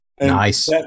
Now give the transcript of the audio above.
Nice